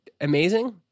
amazing